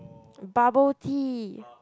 bubble tea